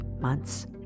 months